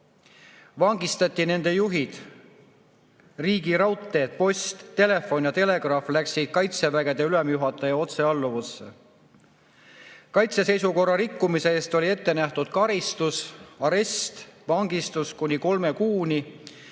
Vangistati nende juhid. Riigi raudtee, post, telefon ja telegraaf läksid kaitsevägede ülemjuhataja otsealluvusse. Kaitseseisukorra rikkumise eest oli ette nähtud karistus, arest, vangistus kuni kolme kuuni